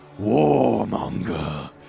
warmonger